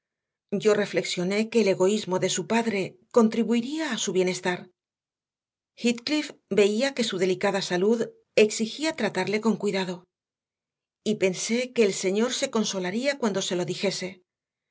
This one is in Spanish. yo reflexioné que el egoísmo de su padre contribuiría a su bienestar heathcliff veía que su delicada salud exigía tratarle con cuidado y pensé que el señor se consolaría cuando se lo dijese